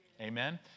Amen